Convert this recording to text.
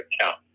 account